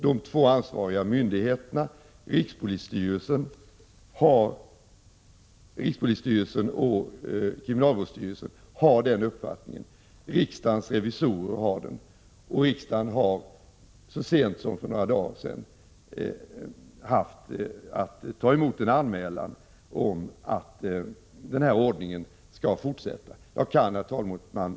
De två ansvariga myndigheterna — rikspolisstyrelsen och kriminalvårdsstyrelsen — har samma uppfattning, och det gäller även riksdagens revisorer. Riksdagen har så sent som för några dagar sedan haft att ta emot en anmälan om att denna ordning skall fortsätta att gälla. Herr talman!